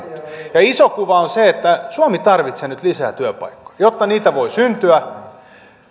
puhunut iso kuva on se että suomi tarvitsee nyt lisää työpaikkoja jotta niitä voi syntyä